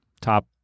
top